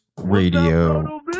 Radio